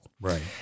right